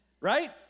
right